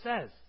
says